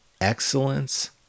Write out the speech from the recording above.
Excellence